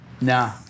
No